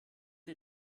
ihr